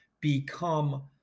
become